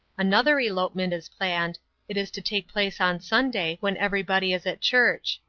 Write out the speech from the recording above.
another elopement is planned it is to take place on sunday, when everybody is at church.